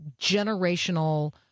generational